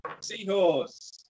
Seahorse